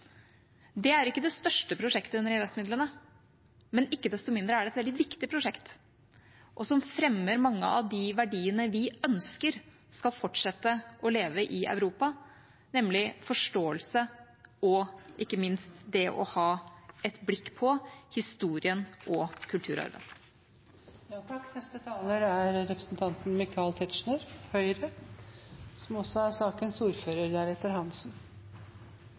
Det er ikke det største prosjektet under EØS-midlene, men ikke desto mindre er det et veldig viktig prosjekt som fremmer mange av de verdiene vi ønsker skal fortsette å leve i Europa – nemlig forståelse og ikke minst det å ha et blikk på historien og kulturarven. Jeg syntes det var interessant å lytte til representanten Enger Mehl, også